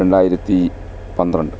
രണ്ടായിരത്തി പന്ത്രണ്ട്